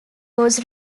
was